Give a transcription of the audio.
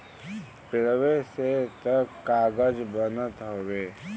पेड़वे से त कागज बनत हउवे